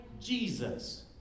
Jesus